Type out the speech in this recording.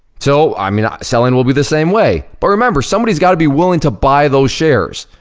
so i mean ah selling will be the same way. but remember, somebody's gotta be willing to buy those shares.